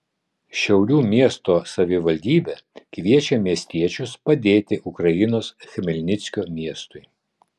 šiaulių miesto savivaldybė kviečia miestiečius padėti ukrainos chmelnickio miestui